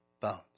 bones